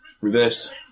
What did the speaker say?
Reversed